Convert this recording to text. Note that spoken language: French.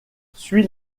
suit